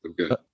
Okay